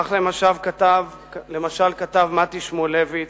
כך, למשל, כתב מתי שמואלביץ,